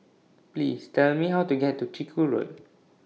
Please Tell Me How to get to Chiku Road